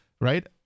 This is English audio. right